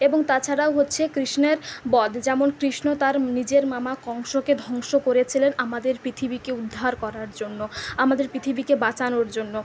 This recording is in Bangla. এবং তাছাড়াও হচ্ছে কৃষ্ণের বধ যেমন কৃষ্ণ তার নিজের মামা কংসকে ধ্বংস করেছিলেন আমাদের পৃথিবীকে উদ্ধার করার জন্য আমাদের পৃথিবীকে বাঁচানোর জন্য